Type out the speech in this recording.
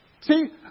See